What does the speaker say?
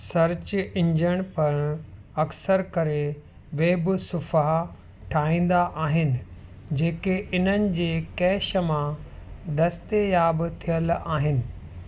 search engine पिणु अक्सर करे वेब सुफ़हा ठाहींदा आहिनि जेके इन्हनि जे कैश मां दस्तेयाब थियलु आहिनि